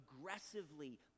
aggressively